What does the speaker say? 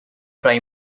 prime